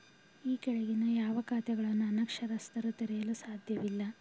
ಈ ಕೆಳಗಿನ ಯಾವ ಖಾತೆಗಳನ್ನು ಅನಕ್ಷರಸ್ಥರು ತೆರೆಯಲು ಸಾಧ್ಯವಿಲ್ಲ?